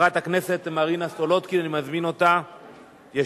הכנסת בר-און, אני מבקש לא לדבר בפלאפון במליאה.